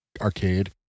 arcade